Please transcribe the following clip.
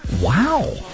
Wow